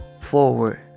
forward